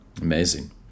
Amazing